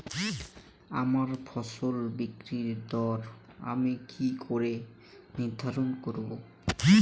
আমার ফসল বিক্রির দর আমি কি করে নির্ধারন করব?